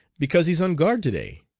because he's on guard to-day.